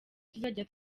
tuzajya